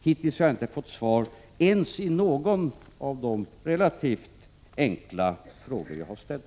Hittills har jag inte fått svar ens på någon av de relativt enkla frågor jag har ställt.